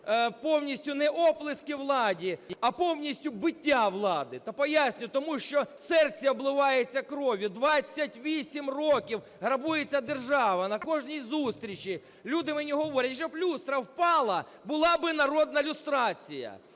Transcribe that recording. повністю не оплески владі, а повністю биття влади?" То пояснюю: тому що серце обливається кров'ю – 28 років грабується держава. На кожній зустрічі люди мені говорять: "Щоб люстра впала, була би народна люстрація".